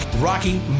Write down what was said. Rocky